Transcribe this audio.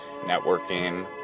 networking